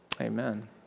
Amen